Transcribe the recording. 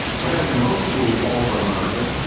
but as in most schools all over america,